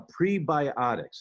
prebiotics